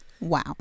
Wow